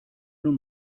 nun